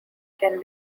can